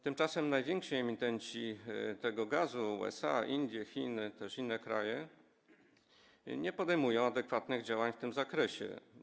Tymczasem najwięksi emitenci tego gazu, USA, Indie, Chiny, także inne kraje, nie podejmują adekwatnych działań w tym zakresie.